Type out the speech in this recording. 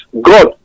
God